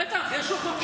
בטח, יש הוכחות.